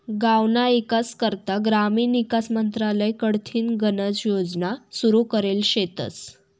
गावना ईकास करता ग्रामीण ईकास मंत्रालय कडथीन गनच योजना सुरू करेल शेतस